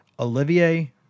Olivier